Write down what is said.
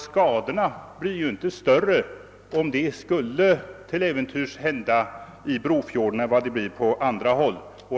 Skadorna blir ju inte större om en olycka till äventyrs skulle hända i Brofjorden än de blir på annat håll.